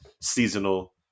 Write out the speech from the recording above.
seasonal